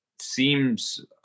seems